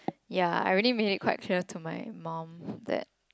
ya I really made it quite clear to my mom that